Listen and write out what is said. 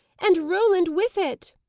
and roland with it!